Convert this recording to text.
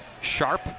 Sharp